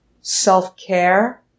self-care